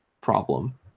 problem